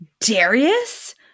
Darius